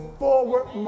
forward